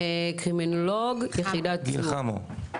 קרימינולוג מיחידת צור.